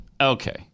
Okay